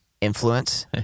influence